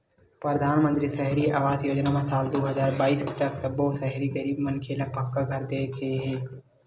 परधानमंतरी सहरी आवास योजना म साल दू हजार बाइस तक सब्बो सहरी गरीब मनखे ल पक्का घर दे के हे